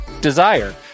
Desire